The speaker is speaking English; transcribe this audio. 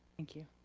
thank you.